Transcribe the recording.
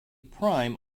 prime